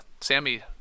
Sammy